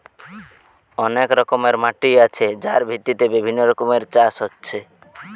অনেক রকমের মাটি আছে যার ভিত্তিতে বিভিন্ন রকমের চাষ হচ্ছে